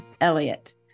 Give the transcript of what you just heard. Elliot